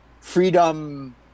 freedom